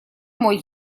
мой